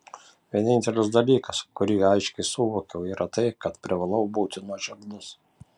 vienintelis dalykas kurį aiškiai suvokiau yra tai kad privalau būti nuoširdus